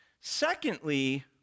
Secondly